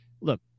look